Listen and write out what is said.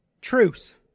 Truce